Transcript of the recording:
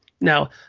Now